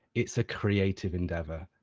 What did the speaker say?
it's a creative endeavour.